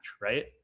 right